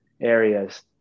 areas